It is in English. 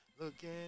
Looking